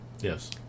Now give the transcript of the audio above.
Yes